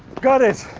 got it.